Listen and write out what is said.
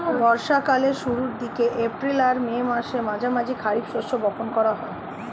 বর্ষা কালের শুরুর দিকে, এপ্রিল আর মের মাঝামাঝি খারিফ শস্য বপন করা হয়